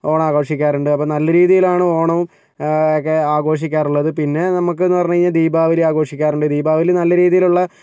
ഓണാഘോഷിക്കാറുണ്ട് അപ്പോൾ നല്ല രീതിയിലാണ് ഓണവും ക്കെ ആഘോഷിക്കാറുള്ളത് പിന്നെ നമുക്കെന്ന് പറഞ്ഞ് കഴിഞ്ഞാൽ ദീപാവലി ആഘോഷിക്കാറുണ്ട് ദീപാവലി നല്ല രീതിയിലുള്ള